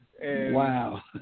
Wow